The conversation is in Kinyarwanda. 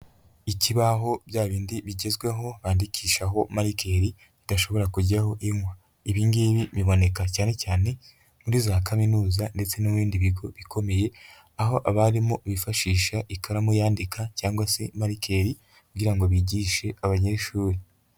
Ikibaho bya bindi bigezweho bandikishaho marike bidashobora kujyaho ingwa, ibi ngibi biboneka cyane cyane muri za kaminuza ndetse n'ibindi bigo bikomeye aho abarimu bifashisha ikaramu yandika cyangwa se marikeri kugira ngo bigishe abanyeshuri.